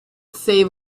save